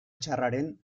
txarraren